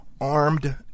armed